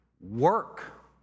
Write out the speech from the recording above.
work